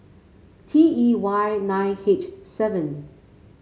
T E Y nine H seven